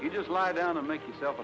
you just lie down and make yourself